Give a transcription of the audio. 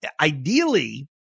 Ideally